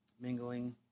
mingling